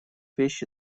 вещи